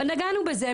נגענו בזה.